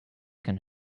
can